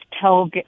tell